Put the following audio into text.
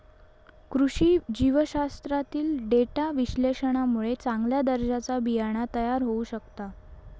कृषी जीवशास्त्रातील डेटा विश्लेषणामुळे चांगल्या दर्जाचा बियाणा तयार होऊ शकता